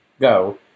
go